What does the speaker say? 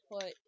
put